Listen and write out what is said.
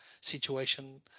situation